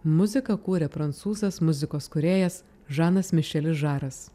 muziką kūrė prancūzas muzikos kūrėjas žanas mišelis žaras